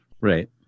right